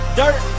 dirt